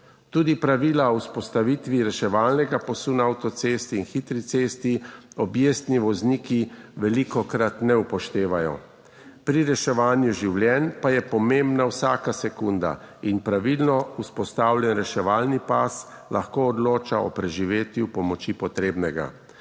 Tudi pravila o vzpostavitvi reševalnega pasu na avtocesti in hitri cesti objestni vozniki velikokrat ne upoštevajo. Pri reševanju življenj pa je pomembna vsaka sekunda in pravilno vzpostavljen reševalni pas lahko odloča o preživetju pomoči potrebnega.